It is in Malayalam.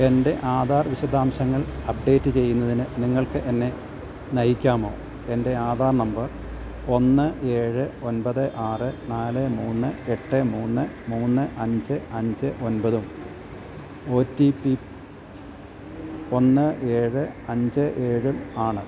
എൻ്റെ ആധാർ വിശദാംശങ്ങൾ അപ്ഡേറ്റ് ചെയ്യുന്നതിന് നിങ്ങൾക്കെന്നെ നയിക്കാമോ എൻ്റെ ആധാർ നമ്പർ ഒന്ന് ഏഴ് ഒൻപത് ആറ് നാല് മൂന്ന് എട്ട് മൂന്ന് മൂന്ന് അഞ്ച് അഞ്ച് ഒൻപതും ഒ ടി പി ഒന്ന് ഏഴ് അഞ്ച് ഏഴുമാണ്